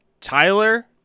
Tyler